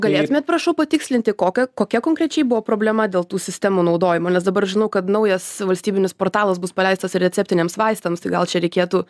galėtumėt prašau patikslinti kokią kokia konkrečiai buvo problema dėl tų sistemų naudojimo nes dabar žinau kad naujas valstybinis portalas bus paleistas ir receptiniams vaistams tai gal čia reikėtų